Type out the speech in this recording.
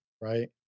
right